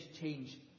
change